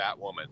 batwoman